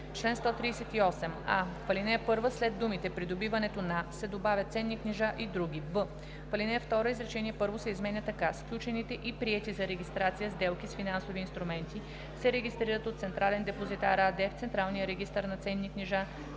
чл. 138: а) в ал. 1 след думите „Придобиването на“ се добавя „ценни книжа и други“; б) в ал. 2 изречение първо се изменя така: „Сключените и приети за регистрация сделки с финансови инструменти се регистрират от „Централен депозитар“ АД в централния регистър на ценни книжа